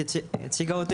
עידו,